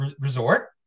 resort